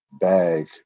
bag